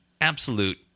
absolute